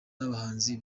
nabahanzi